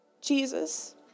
Jesus